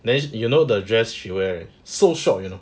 then you know the dress she wear so short you know